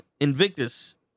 Invictus